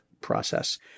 process